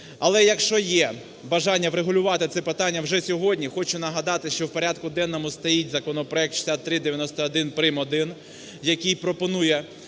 Але, якщо є бажання врегулювати ці питання вже сьогодні, хочу нагадати, що в порядку денному стоїть законопроект 6391 прим.1, який пропонує